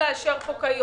לעצם ההעברה, אני